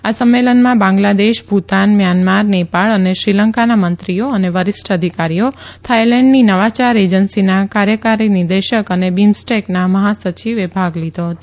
આ સંમેલનમાં બાંગ્લાદેશ ભૂતાન મ્યાનમાર નેપાળ અને શ્રીલંકાનાં મંત્રીઓ અને વરીષ્ઠ અધિકારીઓ થાઈલેન્ડની નવાયાર એજન્સીનાં કાર્યકારી નિદેશક અને બિમ્સટેકનાં મહાસચિવ ભાગ લીધો હતો